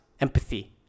empathy